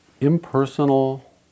impersonal